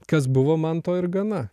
kas buvo man to ir gana